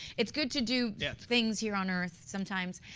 it's good to do yeah things here on earth sometimes.